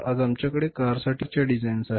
आज आमच्याकडे कारसाठी अनेक प्रकारच्या डिझाईन्स आहेत